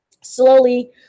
slowly